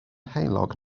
heulog